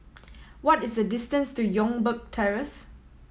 what is the distance to Youngberg Terrace